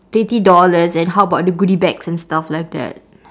twenty dollars and how about the goody bags and stuff like that